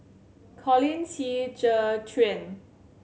Colin Qi Zhe Quan